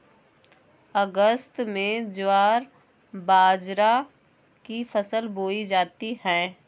अगस्त में ज्वार बाजरा की फसल बोई जाती हैं